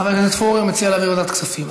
חבר הכנסת פורר מציע להעביר לוועדת הכספים.